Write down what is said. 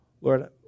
Lord